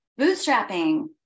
Bootstrapping